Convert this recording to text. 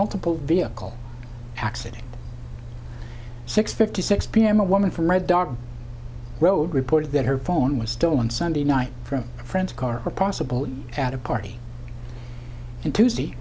multiple vehicle accident six fifty six pm a woman from red dog road reported that her phone was still on sunday night from a friend's car possible at a party and tuesday